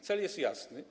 Cel jest jasny.